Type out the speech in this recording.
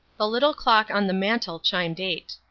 the little clock on the mantel chimed eight.